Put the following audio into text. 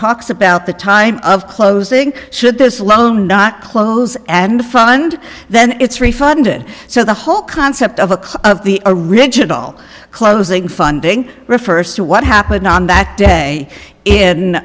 talks about the time of closing should this loan not close and fund then it's refunded so the whole concept of a cut of the original closing funding refers to what happened on that day